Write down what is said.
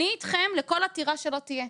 אני אתכם לכל עתירה שלא תהיה.